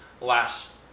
last